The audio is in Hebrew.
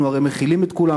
אנחנו הרי מכילים את כולם,